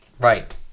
Right